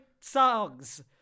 songs